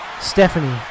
Stephanie